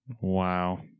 Wow